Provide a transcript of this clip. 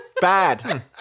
Bad